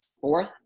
fourth